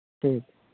ᱴᱷᱤᱠ